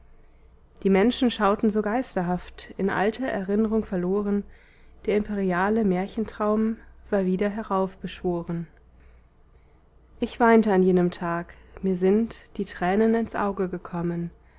die menschen schauten so geisterhaft in alter erinnrung verloren der imperiale märchentraum war wieder heraufbeschworen ich weinte an jenem tag mir sind die tränen ins auge gekommen